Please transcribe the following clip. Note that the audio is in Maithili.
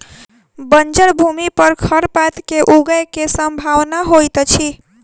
बंजर भूमि पर खरपात के ऊगय के सम्भावना होइतअछि